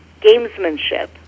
gamesmanship